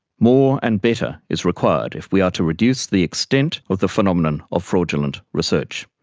more and better is required if we are to reduce the extent of the phenomenon of fraudulent research.